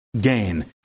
gain